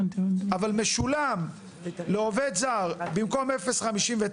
אבל משולם לעובד זר במקום 0.59,